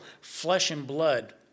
flesh-and-blood